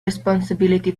responsibility